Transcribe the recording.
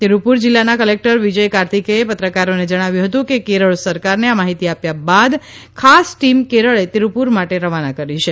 તિરુપુર જિલ્લાના કલેક્ટર વિજય કાર્તિકેયને પત્રકારોને જણાવ્યુ હતુ કે કેરળ સરકારને આ માહિતી આપ્યા બાદ ખાસ ટીમ કેરળે તિરુપુર માટે રવાના કરી છે